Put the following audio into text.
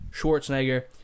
Schwarzenegger